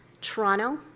Toronto